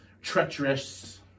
treacherous